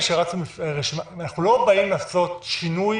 אנחנו לא באים לעשות שינוי